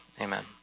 amen